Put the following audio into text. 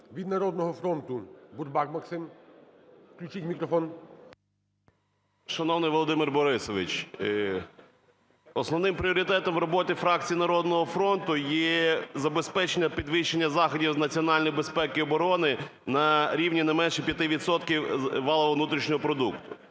Від "Народного фронту" Бурбак Максим, включіть мікрофон. 10:41:43 БУРБАК М.Ю. Шановний Володимир Борисович, основним пріоритетом роботи фракції "Народного фронту" є забезпечення підвищення заходів з національної безпеки і оборони на рівні не менше 5 відсотків валового внутрішнього продукту.